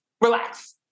Relax